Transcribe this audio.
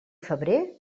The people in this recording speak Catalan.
febrer